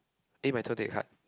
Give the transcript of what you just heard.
eh my turn take a card